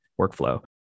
workflow